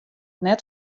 net